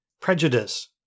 prejudice